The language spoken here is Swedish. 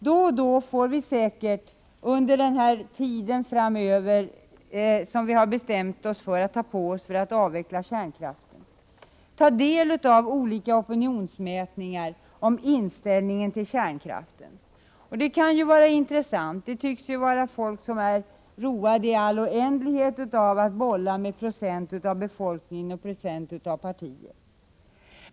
Då och då under den tid framöver som vi har på oss för att, som vi har bestämt, avveckla kärnkraften kommer vi att få ta del av olika opinionsmätningar om inställningen till kärnkraften. Det kan vara intressant. Det tycks ju finnas människor som i all oändlighet är roade av att bolla med olika procenttal — det må gälla procent av befolkningen eller av partierna.